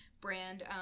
brand